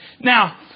Now